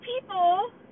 people